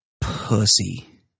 pussy